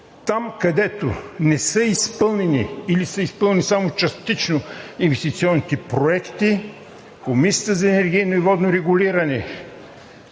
Там, където не са изпълнени или са изпълнени само частично инвестиционните проекти, Комисията за енергийно и водно регулиране